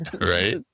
right